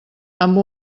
amb